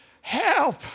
help